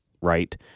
right